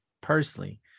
personally